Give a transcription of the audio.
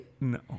No